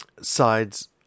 sides